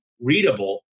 readable